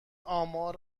آمار